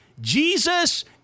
Jesus